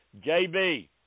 JB